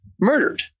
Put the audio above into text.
murdered